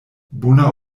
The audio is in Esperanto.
bona